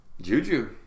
Juju